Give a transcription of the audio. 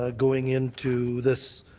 ah going into this